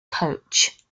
coach